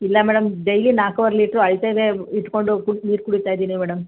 ಇಲ್ಲ madam daily ನಾಲ್ಕೂವರೆ litre ಅಳ್ತೇದೇ ಇಟ್ಟುಕೊಂಡು ಫುಲ್ ನೀರು ಕುಡಿತಾಯಿದ್ದೀನಿ ಮೇಡಮ್